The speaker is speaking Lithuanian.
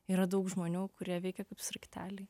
yra daug žmonių kurie veikia kaip sraigteliai